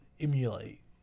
emulate